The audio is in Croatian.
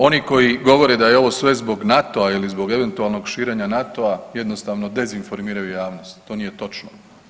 Oni koji govore da je ovo sve zbog NATO-a ili zbog eventualnog širenja NATO-a jednostavno dezinformiraju javnost, to nije točno.